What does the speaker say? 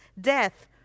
death